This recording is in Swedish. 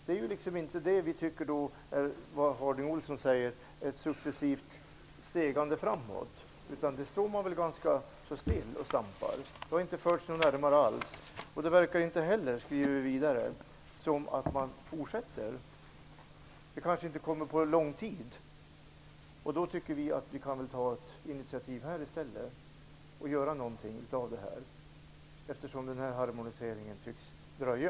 Det är inte vad vi tycker att Bengt Harding Olson talar om, nämligen successiva framsteg, utan här står man ganska så still och stampar. Frågan har inte förts närmare en lösning. Det verkar inte heller, skriver vi vidare, som att man fortsätter. Det kanske inte kommer en förändring under lång tid. Då tycker vi att vi i stället kan ta ett initiativ här i Sverige och göra någonting av detta, eftersom denna harmonisering tycks dröja.